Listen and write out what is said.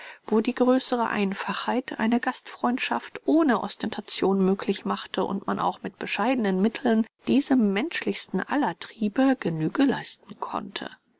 wo die größere einfachheit eine gastfreundschaft ohne ostentation möglich machte und man auch mit bescheidenen mitteln diesem menschlichsten aller triebe genüge leisten konnte